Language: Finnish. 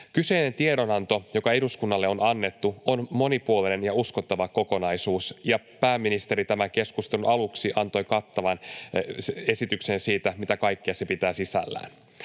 Kyseinen tiedonanto, joka eduskunnalle on annettu, on monipuolinen ja uskottava kokonaisuus, ja pääministeri tämän keskustelun aluksi antoi kattavan esityksen siitä, mitä kaikkea se pitää sisällään.